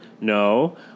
No